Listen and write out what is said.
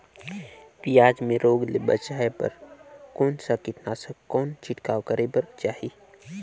पियाज मे रोग ले बचाय बार कौन सा कीटनाशक कौन छिड़काव करे बर चाही?